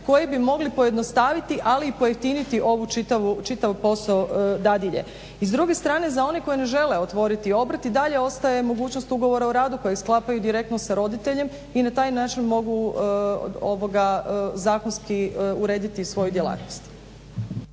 koji bi mogli pojednostaviti ali i pojeftiniti čitav posao dadilje. I s druge strane, za one koji ne žele otvoriti obrt i dalje ostaje mogućnost ugovora o radu kojeg sklapaju direktno sa roditeljem i na taj način mogu zakonski urediti svoju djelatnost.